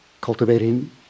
cultivating